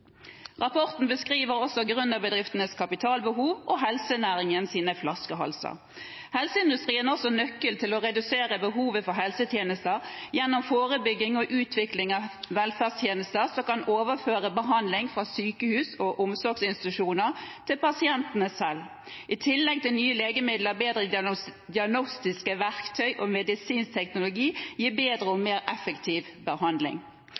Rapporten beskriver også gründerbedriftenes kapitalbehov og helsenæringens flaskehalser. Helseindustrien er også nøkkelen til å redusere behovet for helsetjenester gjennom forebygging og utvikling av velferdstjenester som kan overføre behandling fra sykehus og omsorgsinstitusjoner til pasientene selv. I tillegg vil nye legemidler, bedre diagnostiske verktøy og medisinsk teknologi gi bedre og mer effektiv behandling.